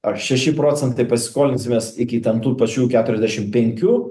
ar šeši procentai pasiskolinsim mes iki ten tų pačių keturiasdešim penkių